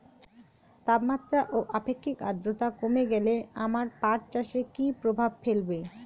তাপমাত্রা ও আপেক্ষিক আদ্রর্তা কমে গেলে আমার পাট চাষে কী প্রভাব ফেলবে?